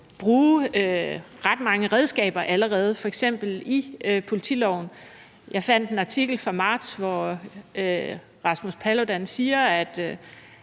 bruge ret mange redskaber allerede, f.eks. i forhold til politiloven. Jeg fandt en artikel fra marts, hvor Rasmus Paludan siger,